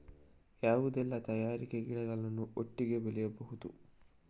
ಯಾವುದೆಲ್ಲ ತರಕಾರಿ ಗಿಡಗಳನ್ನು ಒಟ್ಟಿಗೆ ಬೆಳಿಬಹುದು?